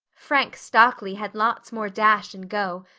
frank stockley had lots more dash and go,